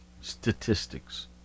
statistics